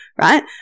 right